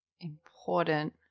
important